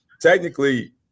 technically